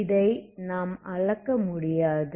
இதை நாம் அளக்க முடியாது